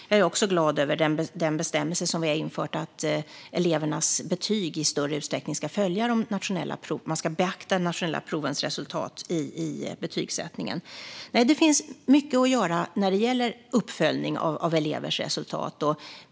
Jag är också glad över den bestämmelse vi har infört om att man i större utsträckning ska beakta de nationella provens resultat vid betygsättningen. Det finns mycket att göra när det gäller uppföljning av elevers resultat.